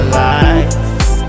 lights